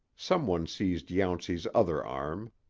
some one seized yountsey's other arm.